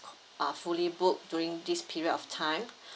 are fully booked during this period of time